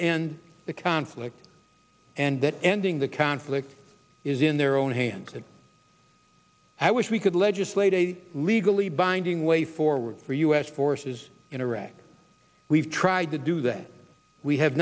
end the conflict and that ending the conflict is in their own hands and i wish we could legislate a legally binding way forward for u s forces in iraq we've tried to do that we have